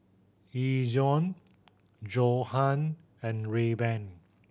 Ezion Johan and Rayban